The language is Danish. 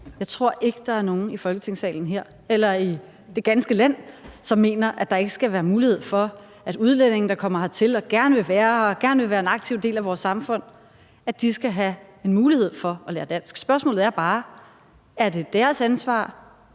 Jeg tror ikke, der er nogen her i Folketingssalen eller i det ganske land, som ikke mener, at udlændinge, der kommer hertil og gerne vil være her og gerne vil være en aktiv del af vores samfund, skal have en mulighed for at lære dansk. Spørgsmålet er bare, om det er deres ansvar,